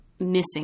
missing